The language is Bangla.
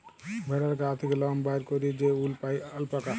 ভেড়ার গা থ্যাকে লম বাইর ক্যইরে যে উল পাই অল্পাকা